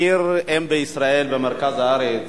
עיר ואם בישראל במרכז הארץ